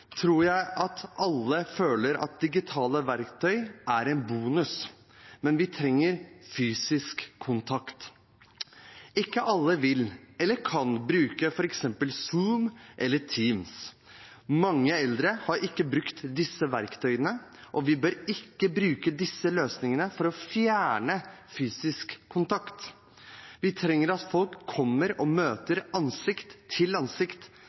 tror jeg at alle føler at digitale verktøy er en bonus, men vi trenger fysisk kontakt. Ikke alle vil, eller kan, bruke f.eks. Zoom eller Teams. Mange eldre har ikke brukt disse verktøyene, og vi bør ikke bruke disse løsningene for å fjerne fysisk kontakt. Vi trenger at folk kommer og møter ansikt til ansikt